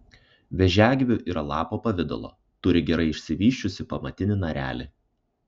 vėžiagyvių yra lapo pavidalo turi gerai išsivysčiusį pamatinį narelį